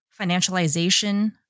financialization